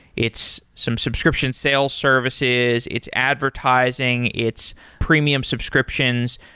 it's some subscription sales services, it's advertising, it's premium subscriptions.